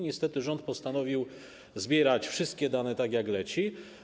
Niestety rząd postanowił zbierać wszystkie dane tak, jak leci.